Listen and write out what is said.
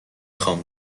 خوام